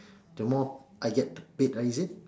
the more I get paid right is it